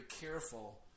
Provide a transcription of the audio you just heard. careful